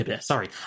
sorry